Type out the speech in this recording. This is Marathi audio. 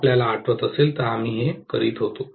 आपल्याला आठवत असेल तर आम्ही हे करीत होतो